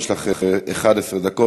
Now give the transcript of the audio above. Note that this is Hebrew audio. יש לך 11 דקות.